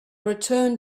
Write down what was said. returned